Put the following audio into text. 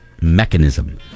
mechanism